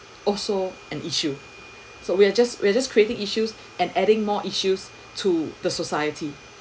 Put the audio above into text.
also an issue so we're just we're just creating issues and adding more issues to the society